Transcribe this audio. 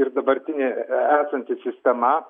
ir dabartinė esanti sistema